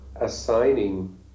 assigning